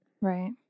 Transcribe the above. Right